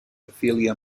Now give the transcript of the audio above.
ophelia